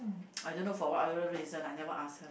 I don't know for whatever reason I never ask her lah